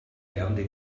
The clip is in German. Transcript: lärmende